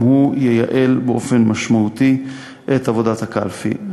גם הוא ייעל באופן משמעותי את עבודת הקלפי.